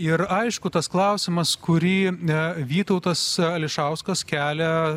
ir aišku tas klausimas kurį ee vytautas ališauskas kelia